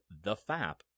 THEFAP